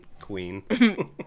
Queen